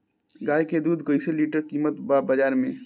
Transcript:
गाय के दूध कइसे लीटर कीमत बा बाज़ार मे?